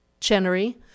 Chenery